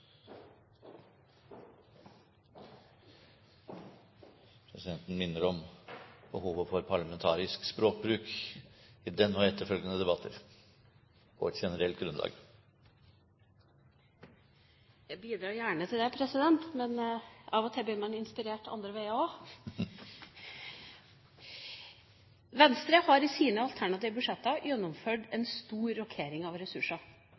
og etterfølgende debatter – på et generelt grunnlag. Jeg bidrar gjerne til det, president, men av og til blir man inspirert andre veier også. Venstre har i sine alternative budsjetter gjennomført en stor rokering av ressurser.